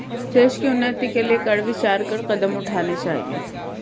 देश की उन्नति के लिए कर विचार कर कदम उठाने चाहिए